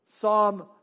Psalm